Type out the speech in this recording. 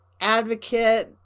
advocate